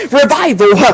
revival